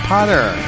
Potter